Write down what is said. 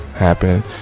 Happen